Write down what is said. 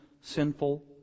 sinful